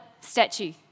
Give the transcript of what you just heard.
statue